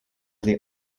they